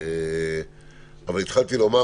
התחלתי לומר,